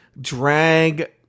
drag